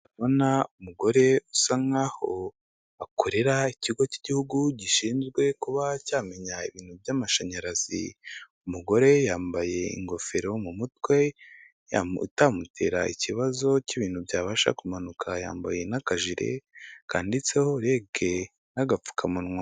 Ndabona umugore usa nkaho akorera ikigo cy'igihugu gishinzwe kuba cyamenya ibintu by'amashanyarazi, umugore yambaye ingofero mu mutwe itamutera ikibazo cy'ibintu byabasha kumanuka, yambaye n'akajire kandiditseho rege n'agapfukamunwa.